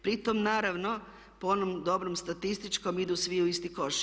Pritom naravno po onom dobrom statističkom idu svi u isti koš.